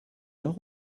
heure